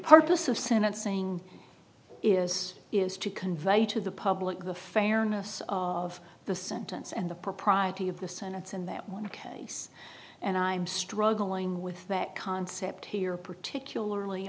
of senate saying is is to convey to the public the fairness of the sentence and the propriety of the sentence in that one case and i'm struggling with that concept here particularly